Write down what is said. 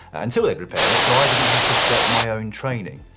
until they'd repaired it, so i didn't have to stop my own training.